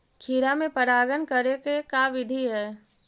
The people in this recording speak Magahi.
खिरा मे परागण करे के का बिधि है?